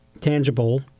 tangible